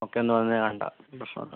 ഒക്കെ എന്നു പറഞ്ഞാൽ വേണ്ട പ്രശ്നമാക്കേണ്ട